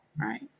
right